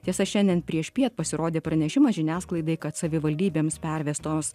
tiesa šiandien priešpiet pasirodė pranešimas žiniasklaidai kad savivaldybėms pervestos